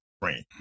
brain